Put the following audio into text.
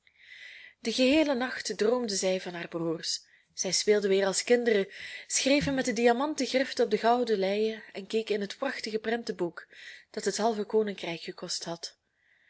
den geheelen nacht droomde zij van haar broers zij speelden weer als kinderen schreven met de diamanten griften op de gouden leien en keken in het prachtige prentenboek dat het halve koninkrijk gekost had